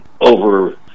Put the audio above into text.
over